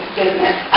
business